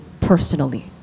personally